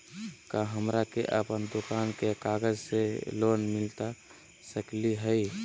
का हमरा के अपन दुकान के कागज से लोन मिलता सकली हई?